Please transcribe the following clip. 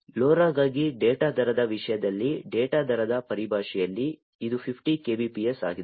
LoRa ಗಾಗಿ data ದರದ ವಿಷಯದಲ್ಲಿ ಡೇಟಾ ದರದ ಪರಿಭಾಷೆಯಲ್ಲಿ ಇದು 50 kbps ಆಗಿದೆ